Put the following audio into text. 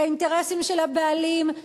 כי האינטרסים של הבעלים,